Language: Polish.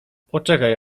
poczekaj